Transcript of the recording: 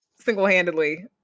single-handedly